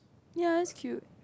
ya that's cute